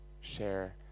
share